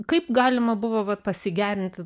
kaip galima buvo vat pasigerinti